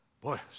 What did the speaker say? Boy